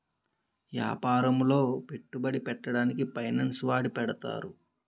యాపారములో పెట్టుబడి పెట్టడానికి ఫైనాన్స్ వాడి పెడతారు